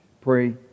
Pray